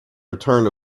return